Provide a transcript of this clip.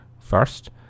First